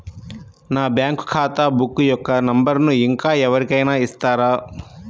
నా బ్యాంక్ ఖాతా బుక్ యొక్క నంబరును ఇంకా ఎవరి కైనా ఇస్తారా?